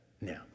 Now